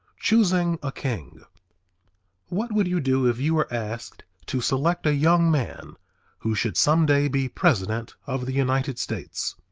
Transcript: choosing a king what would you do if you were asked to select a young man who should some day be president of the united states?